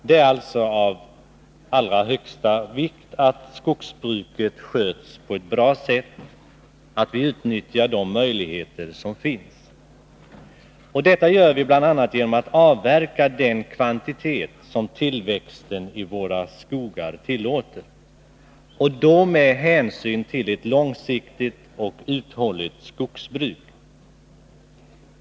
Det är alltså av allra största vikt att skogsbruket sköts på ett bra sätt, att vi utnyttjar de möjligheter som finns. Detta gör vi bl.a. genom att avverka den kvantitet som tillväxten i våra skogar tillåter med hänsyn till ett långsiktigt och uthålligt skogsbruk.